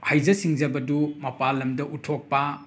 ꯍꯩꯖ ꯁꯤꯡꯖꯕꯗꯨ ꯃꯄꯥꯜ ꯂꯝꯗ ꯎꯠꯊꯣꯛꯄ